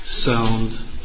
sound